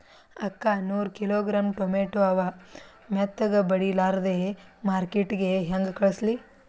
ಅಕ್ಕಾ ನೂರ kilogram tomato ಅವ, ಮೆತ್ತಗಬಡಿಲಾರ್ದೆ ಮಾರ್ಕಿಟಗೆ ಹೆಂಗ ಕಳಸಲಿ?